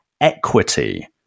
Equity